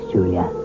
Julia